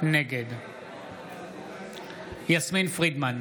נגד יסמין פרידמן,